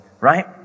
right